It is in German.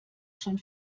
schon